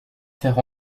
faire